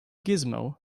gizmo